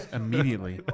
immediately